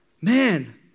man